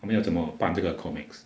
他们要怎么办这个 comex